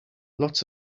lots